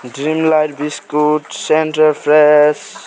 Dreamlite biscuit center fresh